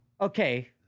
Okay